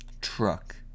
Truck